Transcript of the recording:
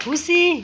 खुसी